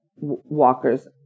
Walker's